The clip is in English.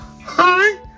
Hi